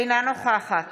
אינה נוכחת